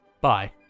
bye